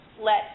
let